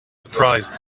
surprise